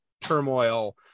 turmoil